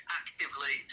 actively